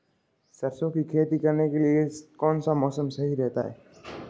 सरसों की खेती करने के लिए कौनसा मौसम सही रहता है?